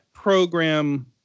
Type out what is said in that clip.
Program